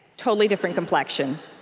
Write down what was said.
totally different complexion,